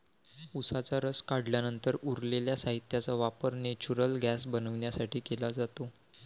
उसाचा रस काढल्यानंतर उरलेल्या साहित्याचा वापर नेचुरल गैस बनवण्यासाठी केला जातो